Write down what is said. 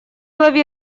лови